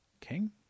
King